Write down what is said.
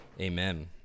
Amen